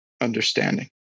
understanding